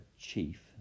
chief